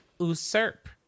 usurp